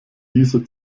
diese